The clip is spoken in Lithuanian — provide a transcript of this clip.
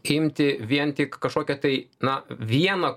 imti vien tik kažkokią tai na vieną